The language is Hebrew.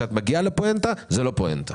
וכשאת מגיעה לפואנטה זה לא פואנטה.